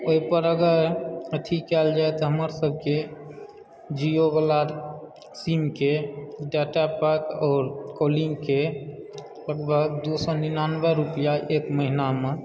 ओहिपर अगर अथी कयल जाए तऽ हमर सभकेँ जिओवला सिमके डाटा पैक आओर कॉलिंगके लगभग दू सए निनानबे रुपैआ एक महीनामऽ